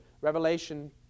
Revelation